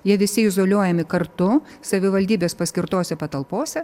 jie visi izoliuojami kartu savivaldybės paskirtose patalpose